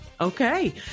Okay